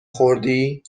خوردی